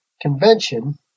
convention